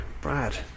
Brad